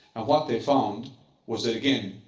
what they found was that, again,